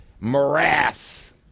Morass